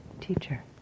teacher